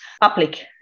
public